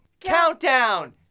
Countdown